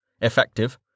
Effective